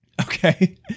Okay